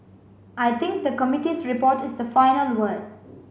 I think the committee's report is the final word